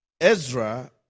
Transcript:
Ezra